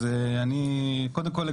אז קודם כול,